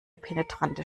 penetrante